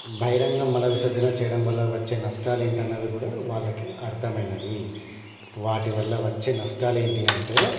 బహిరంగ మలవిసర్జన చేయడం వల్ల వచ్చే నష్టాలు ఏంటి అన్నది కూడా వాళ్ళకు అర్థమైనది వాటి వల్ల వచ్చే నష్టాలు ఏంటి అంటే